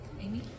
Amy